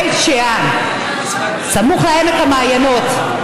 בית שאן, סמוך לעמק המעיינות,